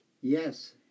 Yes